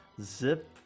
zip